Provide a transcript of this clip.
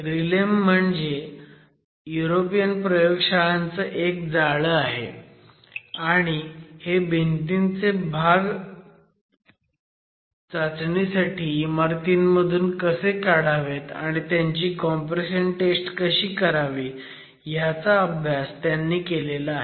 RILEM म्हणजे European प्रगोगशाळांचं एक जाळं आहे आणि हे भिंतींचे भाग चाचणीसाठी इमारतींमधून कसे काढावेत आणि त्यांची कॉम्प्रेशन टेस्ट कशी करावी ह्याचा अभ्यास त्यांनी केला आहे